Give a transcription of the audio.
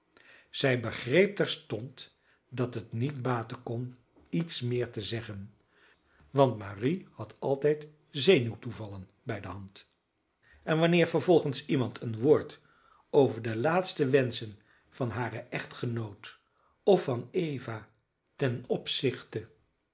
zij begreep terstond dat het niet baten kon iets meer te zeggen want marie had altijd zenuwtoevallen bij de hand en wanneer vervolgens iemand een woord over de laatste wenschen van haren echtgenoot of van eva ten opzichte